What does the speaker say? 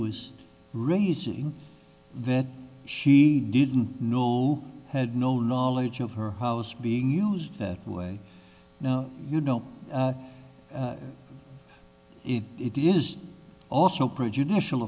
was raising that she didn't know had no knowledge of her house being used that way now you know it is also prejudicial